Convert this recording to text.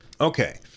Okay